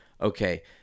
okay